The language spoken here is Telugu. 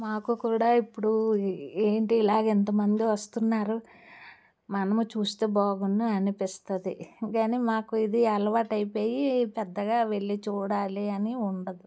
మాకు కూడా ఇప్పుడు ఏంటి ఇలాగ ఇంత మంది వస్తున్నారు మనము చూస్తే బాగుండు అనిపిస్తుంది కానీ మాకు ఇది అలవాటైపోయి పెద్దగా వెళ్ళి చూడాలి అని ఉండదు